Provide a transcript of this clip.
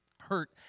hurt